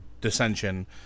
dissension